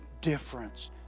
difference